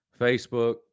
Facebook